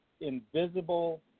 invisible